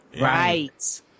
Right